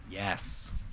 yes